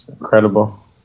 incredible